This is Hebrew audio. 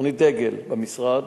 תוכנית דגל במשרד.